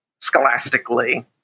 scholastically